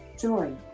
Joy